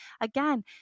again